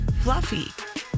fluffy